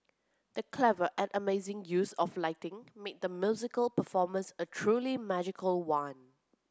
the clever and amazing use of lighting made the musical performance a truly magical one